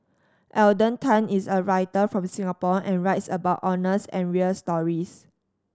Alden Tan is a writer from Singapore and writes about honest and real stories